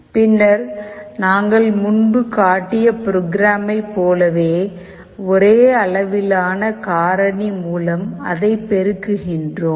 பின்னர் நாங்கள் முன்பு காட்டிய ப்ரோகிராம்மை போலவே ஒரே அளவிலான காரணி மூலம் அதைப் பெருக்குகிறோம்